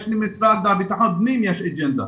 למשרד לביטחון פנים יש אג'נדה